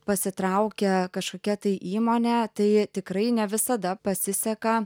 pasitraukia kažkokia tai įmonė tai tikrai ne visada pasiseka